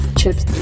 chips